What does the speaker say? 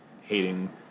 hating